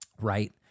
right